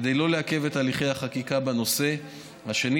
כדי לא לעכב את הליכי החקיקה בנושא השני,